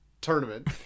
Tournament